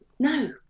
No